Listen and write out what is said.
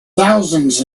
thousands